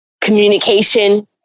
communication